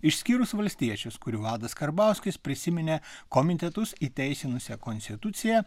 išskyrus valstiečius kurių vadas karbauskis prisiminė komitetus įteisinusią konstituciją